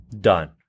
done